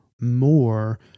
more